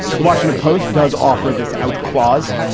the washington post does offer this out clause.